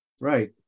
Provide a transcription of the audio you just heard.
Right